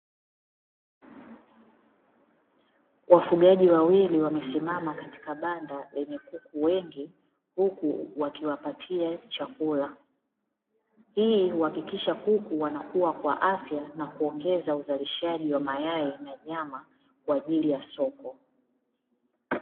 Wafugaji wawili wamesimama katika banda lenye kuku wengi huku wakiwapatia chakula, hii uhakikisha kuku wanakua kwa afya na kuongeza uzalishaji wa mayai na nyama kwa ajili ya soko.